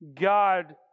God